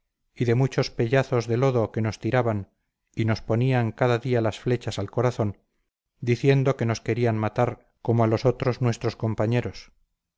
y de muchos pellazos de lodo que nos tiraban y nos ponían cada día las flechas al corazón diciendo que nos querían matar como a los otros nuestros compañeros